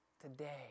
today